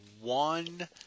one